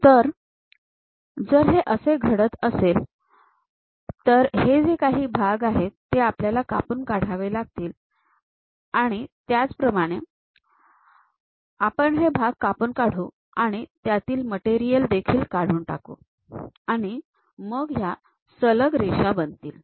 तर जर असे घडत असेल तर हे जे काही भाग आहेत ते आपल्याला कापून काढावे लागतील आणि त्याचप्रमाणे आपण हे भाग कापून काढू आणि त्यातील मटेरियल देखील काढून टाकू आणि मग या सलग रेषा बनतील